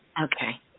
Okay